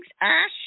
ash